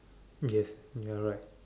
yes you are right